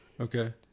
Okay